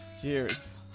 Cheers